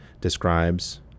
describes